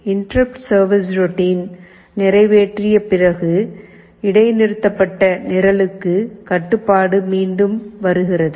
interrupt service ரோட்டினை நிறைவேற்றிய பிறகு இடைநிறுத்தப்பட்ட நிரலுக்கு கட்டுப்பாடு மீண்டும் வருகிறது